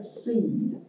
seed